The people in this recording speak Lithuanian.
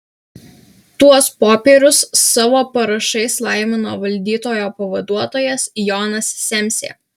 tuos popierius savo parašais laimino valdytojo pavaduotojas jonas semsė